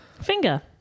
Finger